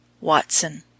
Watson